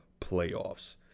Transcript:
playoffs